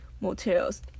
motels